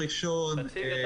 תציג את